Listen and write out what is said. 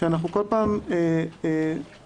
שאנחנו כל פעם מדברים